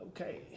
Okay